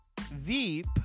Veep